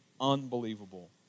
unbelievable